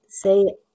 say